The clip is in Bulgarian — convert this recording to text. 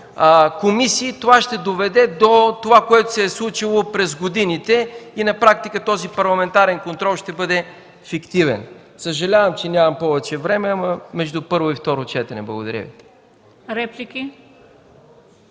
комисии, то ще доведе до това, което се е случило през годините, и на практика този парламентарен контрол ще бъде фиктивен. Съжалявам, че нямам повече време, ама, между първо и второ четене... Благодаря Ви.